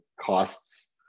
costs